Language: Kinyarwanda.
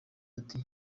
ati